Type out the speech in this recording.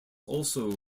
also